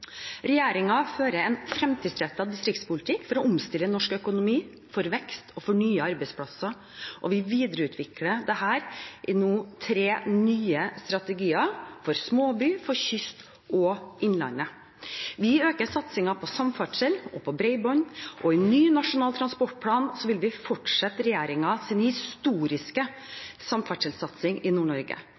fører en fremtidsrettet distriktspolitikk for å omstille norsk økonomi for vekst og nye arbeidsplasser, og vi videreutvikler dette nå gjennom tre nye strategier, for småbyer, kyst og innland. Vi øker satsingen på samferdsel og bredbånd. Og i en ny nasjonal transportplan vil vi fortsette regjeringens historiske samferdselssatsing i